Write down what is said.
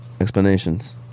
explanations